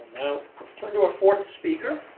now, we'll turn to our fourth speaker,